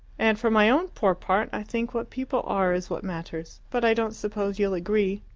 and for my own poor part, i think what people are is what matters, but i don't suppose you'll agree.